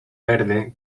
verde